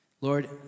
Lord